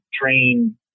train